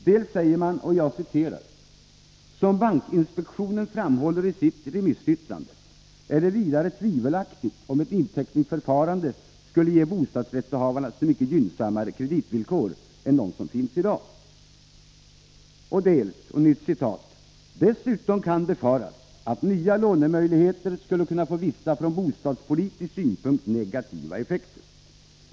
Först säger man: ”Som bankinspektionen framhåller i sitt remissyttrande, är det vidare tvivelaktigt om ett inteckningsförfarande skulle ge bostadsrättshavarna så mycket gynnsammare kreditvillkor än de som finns i dag.” Sedan yttrar man: ”Dessutom kan befaras att nya lånemöjligheter skulle kunna få vissa från bostadspolitisk synpunkt negativa effekter.